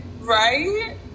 Right